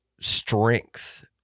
strength